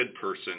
person